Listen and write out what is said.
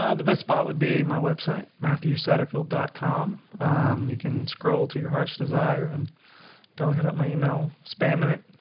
ah the best spot would be my website matthew satterfield comm you can scroll to your heart's desire and don't hit up my email spamming it